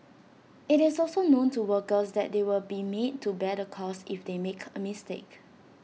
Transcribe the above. IT is also known to workers that they will be made to bear the cost if they make A mistake